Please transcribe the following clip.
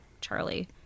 Charlie